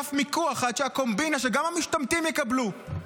כקלף מיקוח, עד שהקומבינה, שגם המשתמטים יקבלו.